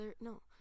No